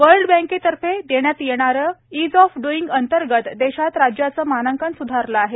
world बँकेतर्फे देण्यात येणारे इज ऑफ ड्ईंग अंतर्गत देशात राज्याचे मानांकन सुधारले आहे